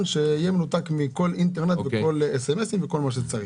שיהיה מנותק מכל אינטרנט וכל ס.מ.סים וכל מה שצריך,